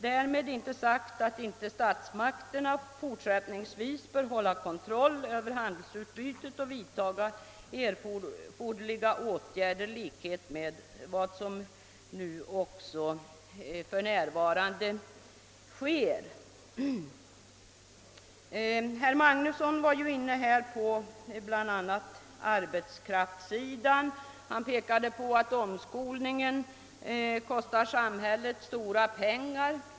Därmed inte sagt att inte statsmakterna fortsättningsvis bör hålla kontroll över handelsutbytet och vidta erforderliga åtgärder i likhet med vad som för närvarande sker. Herr Magnusson i Borås var ju bl.a. inne på frågan om arbetskraften. Han sade att omskolningen kostar samhället mycket pengar.